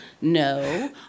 no